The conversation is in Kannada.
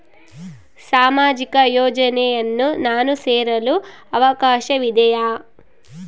ಸಾಮಾಜಿಕ ಯೋಜನೆಯನ್ನು ನಾನು ಸೇರಲು ಅವಕಾಶವಿದೆಯಾ?